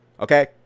okay